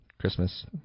Christmas